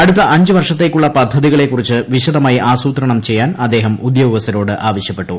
അടുത്ത അഞ്ച് വർഷത്തേക്കുള്ള പ്രപദ്ധതികളെക്കുറിച്ച് വിശദമായി ആസൂത്രണം ചെയ്യാൻ അദ്ദേഹൃം ഉദ്യോഗസ്ഥരോട് ആവശ്യപ്പെട്ടു